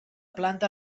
planta